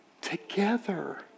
together